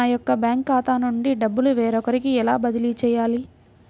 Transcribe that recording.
నా యొక్క బ్యాంకు ఖాతా నుండి డబ్బు వేరొకరికి ఎలా బదిలీ చేయాలి?